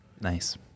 Nice